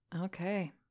Okay